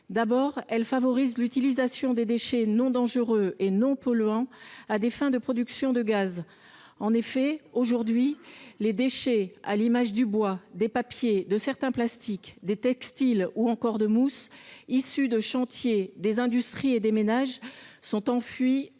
part, elle favorise l’utilisation des déchets non dangereux et non polluants à des fins de production de gaz. En effet, aujourd’hui, les déchets – bois, papiers, plastiques, textiles, ou encore mousse – issus de chantiers des industries et des ménages sont enfouis